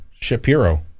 Shapiro